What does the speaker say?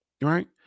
right